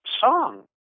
song